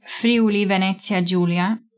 Friuli-Venezia-Giulia